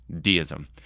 deism